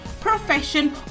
profession